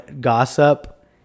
gossip